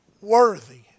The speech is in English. worthy